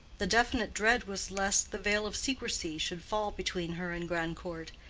the definite dread was lest the veil of secrecy should fall between her and grandcourt,